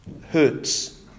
hurts